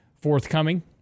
forthcoming